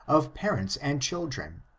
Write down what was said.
of parents and children,